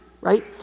right